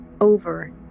over